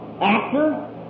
Actor